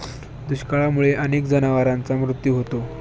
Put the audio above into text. दुष्काळामुळे अनेक जनावरांचा मृत्यू होतो